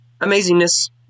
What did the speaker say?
amazingness